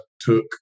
took